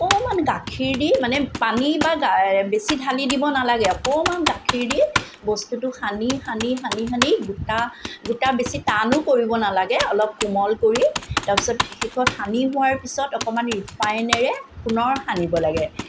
অকমাণ গাখীৰ দি মানে পানী বা বেছি ঢালি দিব নালাগে অকণমান গাখীৰ দি বস্তুটো সানি সানি সানি সানি গোটা বেছি টানো কৰিব নালাগে অলপ কোমল কৰি তাৰপিছত শেষত সানি হোৱাৰ পিছত অকণমান ৰিফাইনেৰে পুনৰ সানিব লাগে